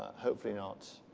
hopefully not